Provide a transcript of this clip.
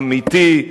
אמיתי,